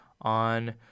on